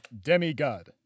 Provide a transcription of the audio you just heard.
demigod